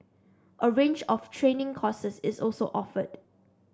a range of training courses is also offered